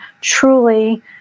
truly